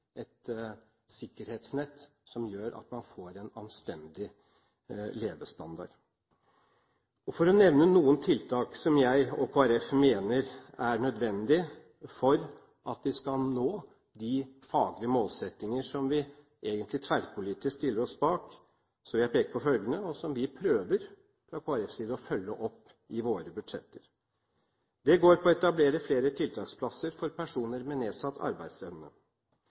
et sikkerhetsnett som gjør at man får en anstendig levestandard. For å nevne noen tiltak som jeg og Kristelig Folkeparti mener er nødvendige for at vi skal nå de faglige målsettinger som vi egentlig tverrpolitisk stiller oss bak, vil jeg peke på følgende, som vi fra Kristelig Folkepartis side prøver å følge opp i våre budsjetter: Det går på å etablere flere tiltaksplasser for personer med nedsatt arbeidsevne: